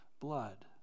blood